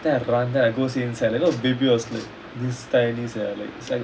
then I run then I go see inside I didn't know baby was this tiny sia it's like